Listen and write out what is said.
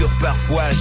parfois